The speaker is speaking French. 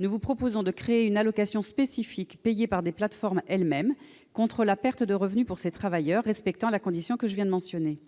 nous vous proposons de créer une allocation spécifique, payée par les plateformes elles-mêmes, contre la perte de revenu pour ces travailleurs, respectant la condition que je viens de mentionner.